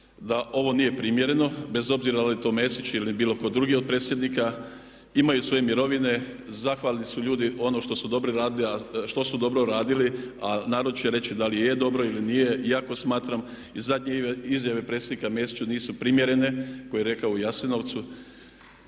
da ovo nije primjereno bez obzira da li je to Mesić ili bilo tko drugi od predsjednika. Imaju svoje mirovine, zahvalni su ljudi ono što su dobro radili, a narod će reći da li je dobro ili nije, iako smatram i zadnje izjave predsjednika Mesića nisu primjerene koje je rekao u Jasenovcu.